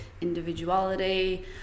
individuality